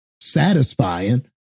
satisfying